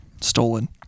stolen